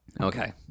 Okay